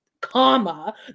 comma